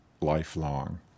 lifelong